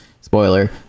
Spoiler